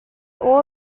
all